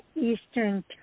Eastern